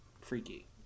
freaky